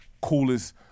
coolest